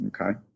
Okay